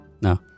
No